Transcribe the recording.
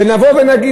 ונבוא ונגיד,